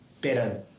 better